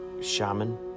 shaman